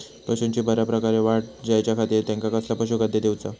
पशूंची बऱ्या प्रकारे वाढ जायच्या खाती त्यांका कसला पशुखाद्य दिऊचा?